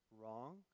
wrong